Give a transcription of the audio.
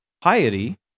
piety